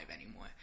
anymore